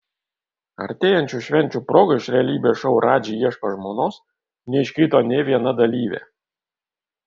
artėjančių švenčių proga iš realybės šou radži ieško žmonos neiškrito nė viena dalyvė